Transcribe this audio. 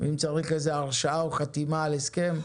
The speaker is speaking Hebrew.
ואם צריך איזו הרשאה או חתימה על הסכם,